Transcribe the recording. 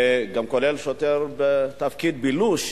כולל שוטר בתפקיד בילוש,